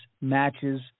matches